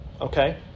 Okay